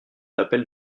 l’appel